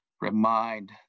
remind